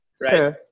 right